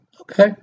Okay